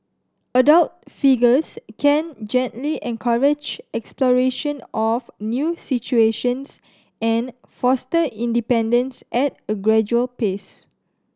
adult figures can gently encourage exploration of new situations and foster independence at a gradual pace